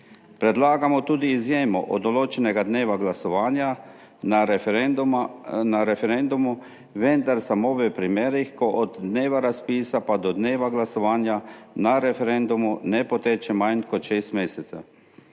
Predlagamo tudi izjemo od določenega dneva glasovanja na referendumu, vendar samo v primerih, ko od dneva razpisa pa do dneva glasovanja na referendumu ne poteče manj kot šest mesecev.